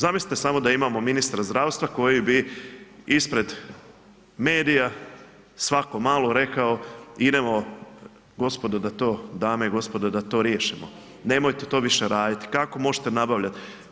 Zamislite samo da imamo ministra zdravstva koji bi ispred medija svako malo rekao idemo gospodo da to, dame i gospodo da to riješimo, nemojte to više raditi, kako možete nabavljat.